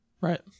right